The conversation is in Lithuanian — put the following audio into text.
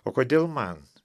o kodėl man